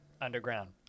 underground